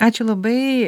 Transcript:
ačiū labai